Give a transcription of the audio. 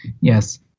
yes